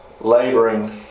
laboring